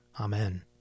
Amen